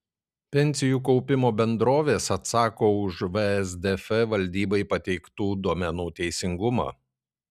pensijų kaupimo bendrovės atsako už vsdf valdybai pateiktų duomenų teisingumą